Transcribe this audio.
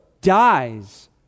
dies